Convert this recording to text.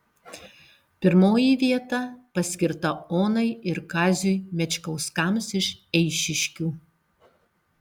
pirmoji vieta paskirta onai ir kaziui mečkauskams iš eišiškių